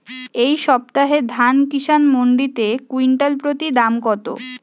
এই সপ্তাহে ধান কিষান মন্ডিতে কুইন্টাল প্রতি দাম কত?